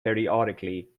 periodically